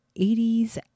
80s